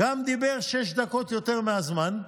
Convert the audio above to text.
גם דיבר שש דקות יותר מהזמן,